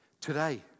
today